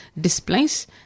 Displace